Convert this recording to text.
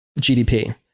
GDP